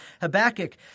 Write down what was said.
Habakkuk